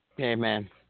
Amen